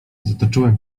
zatoczyłem